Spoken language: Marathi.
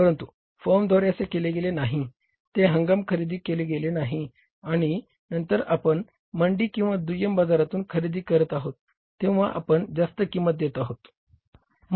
परंतु फर्मद्वारे असे केले गेले नाही ते हंगामात खरेदी केले गेले नाही आणि नंतर आपण मंडी किंवा दुय्यम बाजारातून खरेदी करीत आहोत तेंव्हा आपण जास्त किंमत देत आहोत